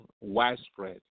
widespread